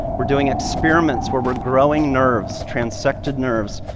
we're doing experiments where we're growing nerves, transected nerves,